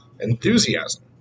Enthusiasm